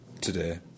today